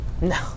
No